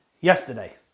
yesterday